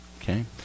okay